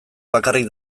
bakarrik